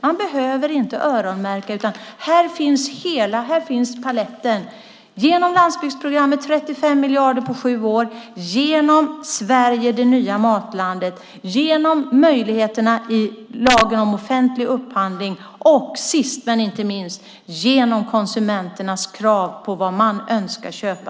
Man behöver inte öronmärka utan här finns hela paletten: genom landsbygdsprogrammet 35 miljarder på sju år, genom "Sverige - det nya matlandet", genom möjligheterna i lagen om offentlig upphandling och sist men inte minst genom konsumenternas krav på vad man önskar köpa.